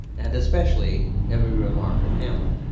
and especially every remark of hamlet.